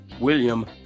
William